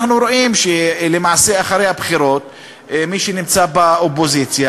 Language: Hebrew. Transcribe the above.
אנחנו רואים שלמעשה אחרי הבחירות מי שנמצא באופוזיציה